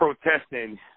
protesting